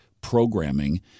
programming